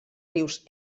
rius